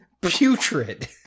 Putrid